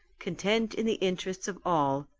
content in the interests of all,